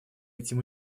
этим